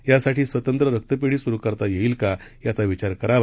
यासाठीस्वतंत्ररक्तपेढीसुरूकरतायेईलका याचाविचारकरावा